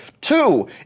Two